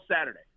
Saturday